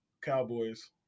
Cowboys